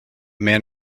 man